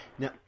Now